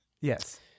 Yes